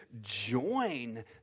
join